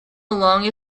along